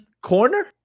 corner